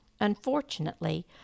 Unfortunately